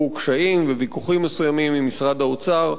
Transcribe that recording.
קשיים וויכוחים מסוימים עם משרד האוצר.